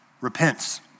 repents